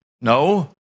No